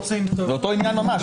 זה אותו עניין ממש,